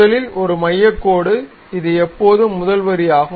முதலில் ஒரு மையக் கோடு இது எப்போதும் முதல் வரியாகும்